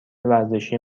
ورزشی